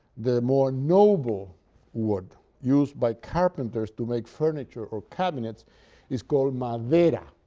the more noble wood used by carpenters to make furniture or cabinets is called madera.